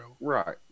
Right